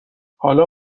حالا